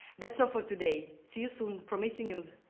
that's all for today, see you soon from ac news!